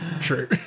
True